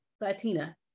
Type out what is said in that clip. Latina